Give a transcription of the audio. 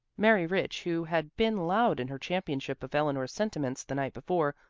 mary rich, who had been loud in her championship of eleanor's sentiments the night before,